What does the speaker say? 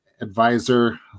advisor